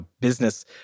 business